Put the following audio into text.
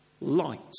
light